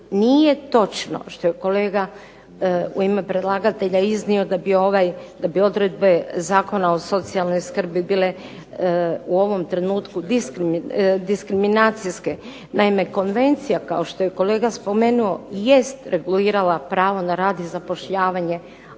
nije točno što je kolega u ime predlagatelja iznio da bi odredbe Zakona o socijalnoj skrbi bile u ovom trenutku diskriminacije, naime konvencija, kao što je kolega spomenuo, jest regulirala pravo na rad i zapošljavanje,